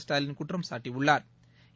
ஸ்டாலின் குற்றம் சாட்டியுள்ளாா்